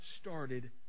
started